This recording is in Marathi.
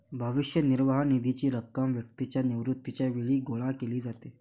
भविष्य निर्वाह निधीची रक्कम व्यक्तीच्या निवृत्तीच्या वेळी गोळा केली जाते